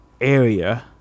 area